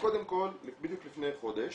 אז קודם כל בדיוק לפני חודש